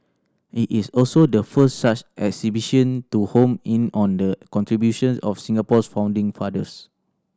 it is also the first such exhibition to home in on the contributions of Singapore's founding fathers